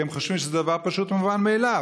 כי הם חושבים שזה דבר פשוט ומובן מאליו.